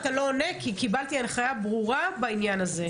אבל אתה לא עונה כי קיבלתי הנחיה ברורה בעניין הזה.